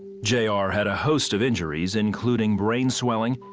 j r. had a host of injuries, including brain swelling,